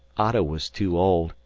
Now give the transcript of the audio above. otto was too old,